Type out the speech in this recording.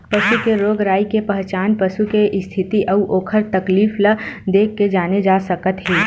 पसू के रोग राई के पहचान पसू के इस्थिति अउ ओखर तकलीफ ल देखके जाने जा सकत हे